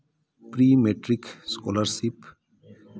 pre-matric scholarship